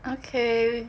okay